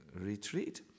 retreat